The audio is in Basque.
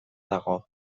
dago